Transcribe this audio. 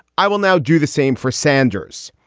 i will now do the same for sanders.